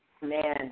man